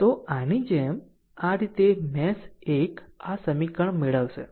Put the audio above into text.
તો આની જેમ આમ આ રીતે મેશ 1 આ સમીકરણ મેળવશે